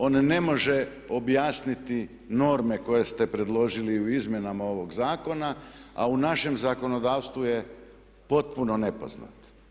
On ne može objasniti norme koje ste predložili u izmjenama ovih zakona a u našem zakonodavstvu je potpuno nepoznat.